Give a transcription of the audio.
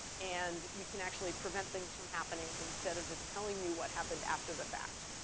and we can actually prevent things from happening, instead of just telling you what happened after the fact.